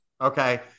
okay